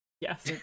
Yes